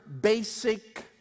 basic